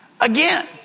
Again